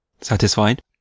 Satisfied